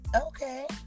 okay